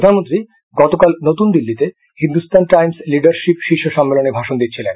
প্রধানমন্ত্রী গতকাল নতুন দিল্লিতে হিন্দুস্থান টাইমস লিডারশিপ শীর্ষ সম্মেলনে ভাষণ দিচ্ছিলেন